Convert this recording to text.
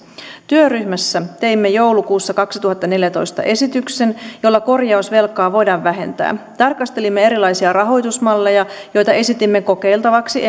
työryhmässä teimme joulukuussa kaksituhattaneljätoista esityksen jolla korjausvelkaa voidaan vähentää tarkastelimme erilaisia rahoitusmalleja joita esitimme kokeiltavaksi